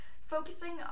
focusing